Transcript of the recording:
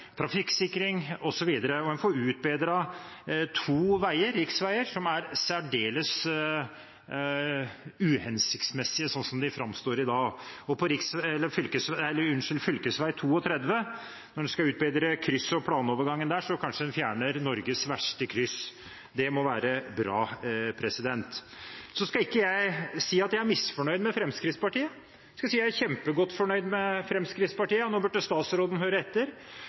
trafikksikring osv. En får utbedret to riksveier som er særdeles uhensiktsmessige sånn som de framstår i dag. Når en utbedrer planovergangen på fv. 32 og krysset der, fjernes kanskje Norges verste kryss, og det må være bra. Jeg skal ikke si jeg er misfornøyd med Fremskrittspartiet, jeg er kjempegodt fornøyd med Fremskrittspartiet, og nå burde statsråden høre etter: